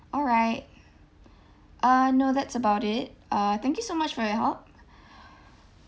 all right uh no that's about it uh thank you so much for your help